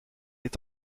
est